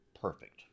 perfect